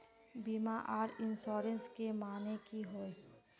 बीमा आर इंश्योरेंस के माने की होय?